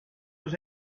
was